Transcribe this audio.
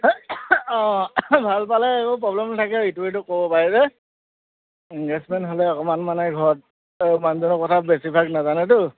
অঁ ভাল পালে এইবোৰ প্ৰব্লেম নাথাকে ইটো সিটোক ক'ব পাৰে যে এংগেজমেণ্ট হ'লে অকণমান মানে ঘৰত মানুহজনৰ কথা বেছিভাগ নাজানেতো